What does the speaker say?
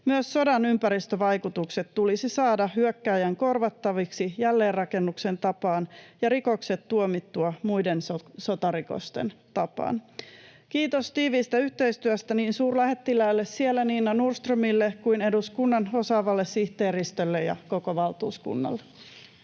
Myös sodan ympäristövaikutukset tulisi saada hyökkääjän korvattaviksi jälleenrakennuksen tapaan ja rikokset tuomittua muiden sotarikosten tapaan. Kiitos tiivistä yhteistyöstä niin suurlähettiläälle, Nina Nordströmille, kuin eduskunnan osaavalle sihteeristölle ja koko valtuuskunnalle.